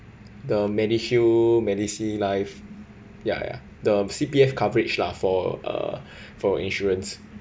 the medishield medishield life ya ya the C_P_F coverage lah for uh for insurance